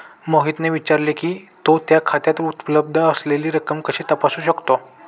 मोहितने विचारले की, तो त्याच्या खात्यात उपलब्ध असलेली रक्कम कशी तपासू शकतो?